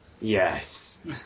Yes